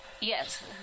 Yes